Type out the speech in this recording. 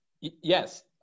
Yes